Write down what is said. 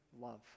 love